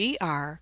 GR